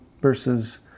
versus